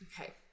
Okay